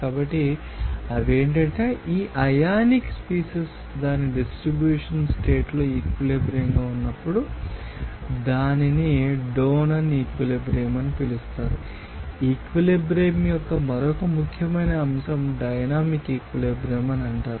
కాబట్టి అవి ఏమిటంటే ఈ అయానిక్ స్పీసీస్ దాని డిస్ట్రిబ్యూషన్ స్టేట్ లో ఈక్విలిబ్రియంగా ఉన్నప్పుడు దానిని డోనన్ ఈక్విలిబ్రియం అని పిలుస్తారు ఈక్విలిబ్రియం యొక్క మరొక ముఖ్యమైన అంశం డైనమిక్ ఈక్విలిబ్రియం అంటారు